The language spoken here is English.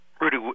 Rudy